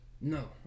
No